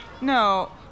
No